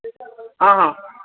ହଁ ହଁ